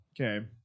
Okay